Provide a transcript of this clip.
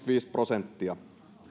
prosenttia